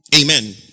Amen